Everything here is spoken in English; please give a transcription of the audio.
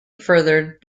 furthered